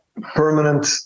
permanent